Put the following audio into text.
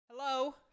Hello